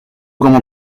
como